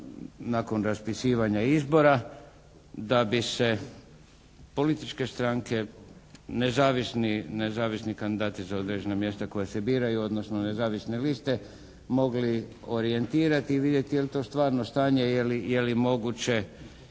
nakon raspisivanja izbora da bi se političke stranke, nezavisni kandidati za određena za mjesta koja se biraju odnosno nezavisne liste mogli orijentirati i vidjeti je li to stvarno stanje, je li moguće